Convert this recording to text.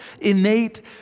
innate